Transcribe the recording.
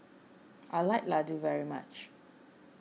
I like Ladoo very much